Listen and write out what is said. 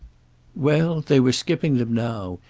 well, they were skipping them now,